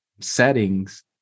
settings